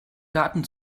daten